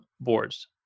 boards